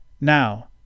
Now